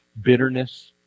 bitterness